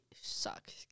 sucks